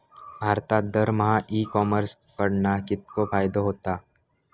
भारतात दरमहा e commerce कडणा कितको फायदो होता?